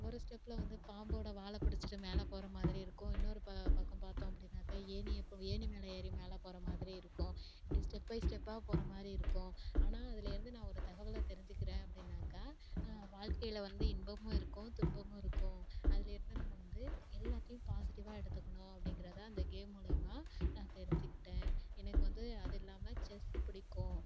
ஒரு ஸ்டெப்பில் வந்து பாம்போடய வாலை பிடிச்சுட்டு மேலே போகிற மாதிரி இருக்கும் இன்னொரு ப பக்கம் பார்த்தோம் அப்படின்னாக்கா ஏணி எப்போது ஏணி மேலே ஏறி மேலே போகிற மாதிரி இருக்கும் இப்படி ஸ்டெப் பை ஸ்டெப்பாக போகிற மாதிரி இருக்கும் ஆனால் அதிலேருந்து நான் ஒரு தகவலை தெரிஞ்சுக்கிறேன் அப்படின்னாக்கா வாழ்க்கையில வந்து இன்பமும் இருக்கும் துன்பமும் இருக்கும் அதிலேருந்து நம்ம வந்து எல்லாத்தையும் பாசிட்டிவ்வாக எடுத்துக்கணும் அப்படிங்கிறது தான் அந்த கேம் மூலிமா நான் தெரிஞ்சுக்கிட்டேன் எனக்கு வந்து அதில்லாமல் செஸ்ஸு பிடிக்கும்